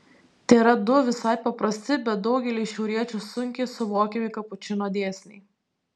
tėra du visai paprasti bet daugeliui šiauriečių sunkiai suvokiami kapučino dėsniai